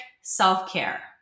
self-care